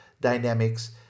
dynamics